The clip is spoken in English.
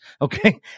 Okay